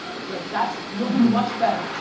like that's, you'll do much better.